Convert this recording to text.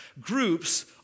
Groups